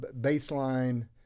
baseline